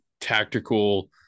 tactical